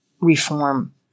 reform